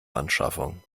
anschaffung